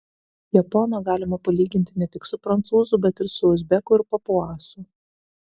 japoną galima palyginti ne tik su prancūzu bet ir su uzbeku ir papuasu